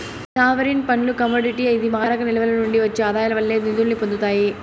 sovereign ఫండ్లు commodity ఇది మారక నిల్వల నుండి ఒచ్చే ఆదాయాల వల్లే నిదుల్ని పొందతాయి